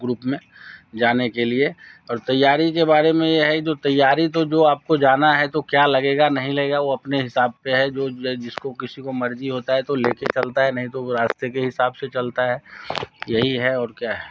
group में जाने के लिए और तैयारी के बारे में ये है जो तैयारी तो जो आप को जाना है तो क्या लगेगा नहीं लगेगा वो अपने हिसाब से है जो जिसको किसी को मर्ज़ी होती है तो ले के चलता है नहीं तो रास्ते के हिसाब से चलता है यही है और क्या है